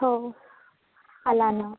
అలానా